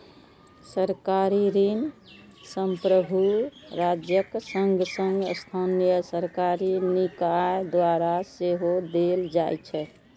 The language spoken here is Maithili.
सरकारी ऋण संप्रभु राज्यक संग संग स्थानीय सरकारी निकाय द्वारा सेहो देल जाइ छै